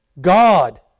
God